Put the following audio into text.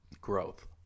growth